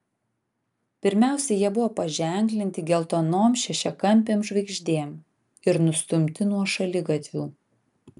pirmiausia jie buvo paženklinti geltonom šešiakampėm žvaigždėm ir nustumti nuo šaligatvių